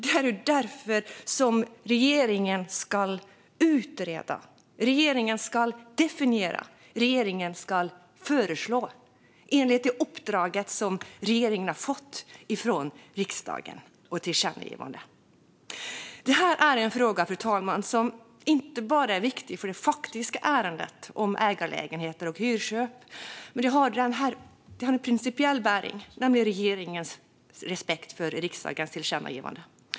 Det är därför som regeringen ska utreda, definiera och föreslå enligt det uppdrag som regeringen har fått från riksdagen i tillkännagivandet. Detta är en fråga, fru talman, som inte bara är viktig för det faktiska ärendet om ägarlägenheter och hyrköp. Detta har principiell bäring. Det handlar nämligen om regeringens respekt för riksdagens tillkännagivanden.